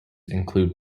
include